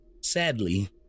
sadly